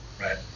Right